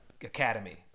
academy